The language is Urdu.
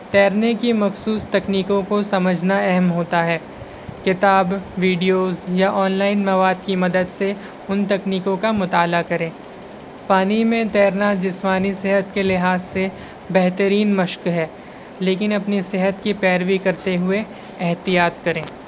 تیرنے کی مخصوص تکنیکوں کو سمجھنا اہم ہوتا ہے کتاب ویڈیوز یا آنلائن مواد کی مدد سے ان تکنیکوں کا مطالعہ کریں پانی میں تیرنا جسمانی صحت کے لحاظ سے بہترین مشق ہے لیکن اپنی صحت کی پیروی کرتے ہوئے احتیاط کریں